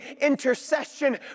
intercession